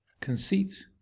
conceit